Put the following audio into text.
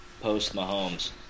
post-Mahomes